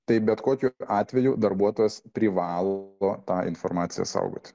tai bet kokiu atveju darbuotojas privalo tą informaciją saugot